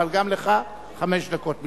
אבל גם לך חמש דקות בלבד.